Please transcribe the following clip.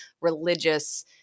religious